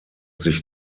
sich